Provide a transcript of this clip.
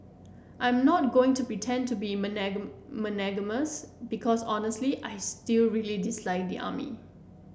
I'm not going to pretend to be magnanimous because honestly I still really dislike the army